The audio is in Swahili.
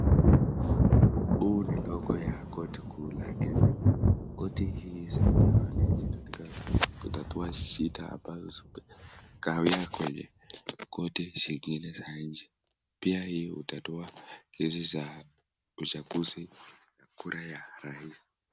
Huu ni logo ya koti kuu la Kenya. Koti hii husaidia wananchi katika kutatua shida ambazo zimeshindikana kwenye koti zingine za nchi. Pia hii hutatua kesi za uchaguzi na kura ya rais.